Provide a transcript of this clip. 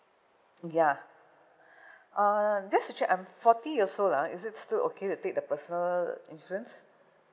ya um just to check I'm forty years old lah is it still okay to take the personal insurance